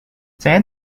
saya